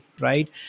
right